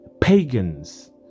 pagans